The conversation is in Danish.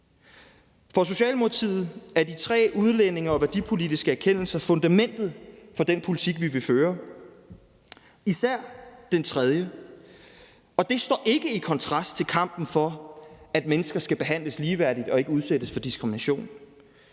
For Socialdemokratiet er de tre udlændinge- og værdipolitiske erkendelser fundamentet for den politik, vi vil føre, især den tredje. Og det står ikke i kontrast til kampen for, at mennesker skal behandles ligeværdigt og ikke udsættes for diskrimination.